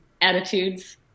attitudes